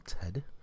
Ted